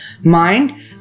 mind